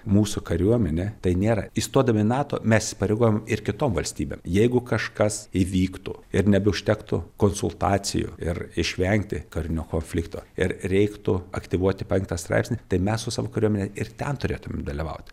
mūsų kariuomenė tai nėra įstodami į nato mes įsipareigojom ir kitom valstybėm jeigu kažkas įvyktų ir nebeužtektų konsultacijų ir išvengti karinio konflikto ir reiktų aktyvuoti penktą straipsnį tai mes su savo kariuomene ir ten turėtumėm dalyvaut